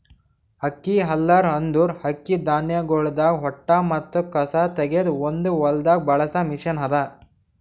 ಅಕ್ಕಿ ಹಲ್ಲರ್ ಅಂದುರ್ ಅಕ್ಕಿ ಧಾನ್ಯಗೊಳ್ದಾಂದ್ ಹೊಟ್ಟ ಮತ್ತ ಕಸಾ ತೆಗೆದ್ ಒಂದು ಹೊಲ್ದಾಗ್ ಬಳಸ ಮಷೀನ್ ಅದಾ